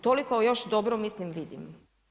Toliko još dobro mislim vidim.